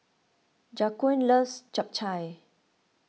Jaquan loves Japchae